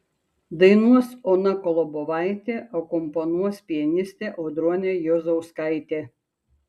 dainuos ona kolobovaitė akompanuos pianistė audronė juozauskaitė